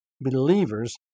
believers